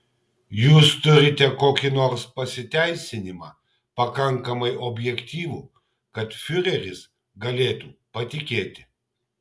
jūs turite kokį nors pasiteisinimą pakankamai objektyvų kad fiureris galėtų patikėti